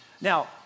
now